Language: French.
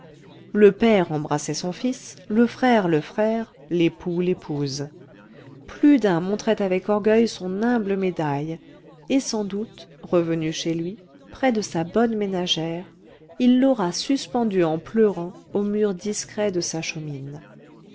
le père embrassait son fils le frère le frère l'époux l'épouse plus d'un montrait avec orgueil son humble médaille et sans doute revenu chez lui près de sa bonne ménagère il l'aura suspendue en pleurant aux murs discrets de sa chaumine